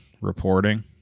reporting